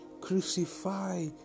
crucify